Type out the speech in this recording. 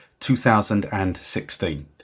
2016